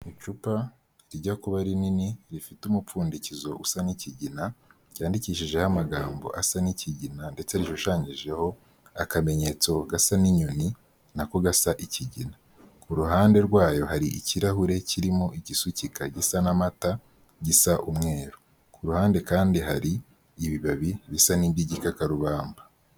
Icupa rijya kuba rinini rifite umupfundikizo usa n'ikigina cyanyandikishijeho amagambo asa n'ikigina ndetse rishushanyijeho akamenyetso gasa n'inyoni nako gasa n'ikigina. Ku ruhande rwayo hari ikirahure kirimo igisukika gisa n'amata gisa umweru ku ruhande kandi hari ibibabi bisa n'iby'igikakarubamba.